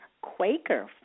Quaker